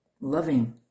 loving